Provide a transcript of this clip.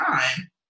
time